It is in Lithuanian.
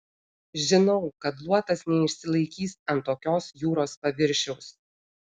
žinau kad luotas neišsilaikys ant tokios jūros paviršiaus